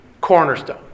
cornerstone